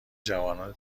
جوانان